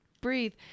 breathe